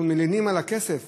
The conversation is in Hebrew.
אנחנו מלינים על הכסף.